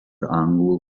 anglų